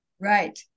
Right